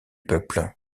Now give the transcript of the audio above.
peuple